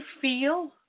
feel